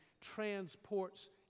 transports